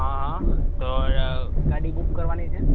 હંહં તોય ગાડી બુક કરવાની છે